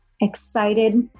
excited